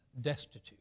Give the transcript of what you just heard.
destitute